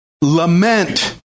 Lament